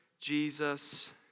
Jesus